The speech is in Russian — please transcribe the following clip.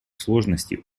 сложности